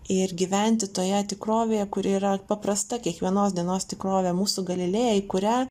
ir gyventi toje tikrovėje kuri yra paprasta kiekvienos dienos tikrovė mūsų galilėjai į kurią